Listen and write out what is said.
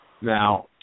Now